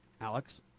Alex